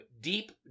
Deep